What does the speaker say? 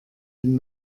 den